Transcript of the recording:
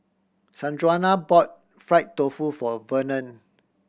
Sanjuana bought fried tofu for Vernon